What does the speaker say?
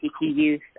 youth